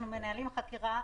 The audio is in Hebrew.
אנחנו מנהלים חקירה,